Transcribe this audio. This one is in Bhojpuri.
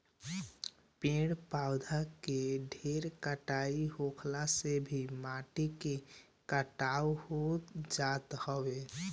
पेड़ पौधन के ढेर कटाई होखला से भी माटी के कटाव हो जात हवे